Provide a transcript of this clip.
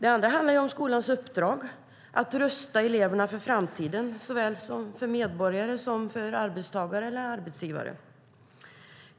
Ett annat skäl handlar om skolans uppdrag att rusta eleverna för framtiden, som medborgare som arbetstagare eller som arbetsgivare.